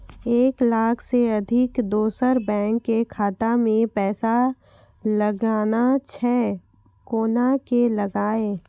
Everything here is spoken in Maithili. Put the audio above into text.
एक लाख से अधिक दोसर बैंक के खाता मे पैसा लगाना छै कोना के लगाए?